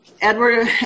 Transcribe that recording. Edward